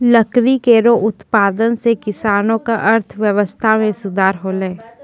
लकड़ी केरो उत्पादन सें किसानो क अर्थव्यवस्था में सुधार हौलय